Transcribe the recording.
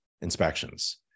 inspections